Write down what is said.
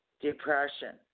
Depression